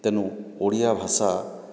ତେନୁ ଓଡ଼ିଆଭାଷା